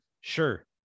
sure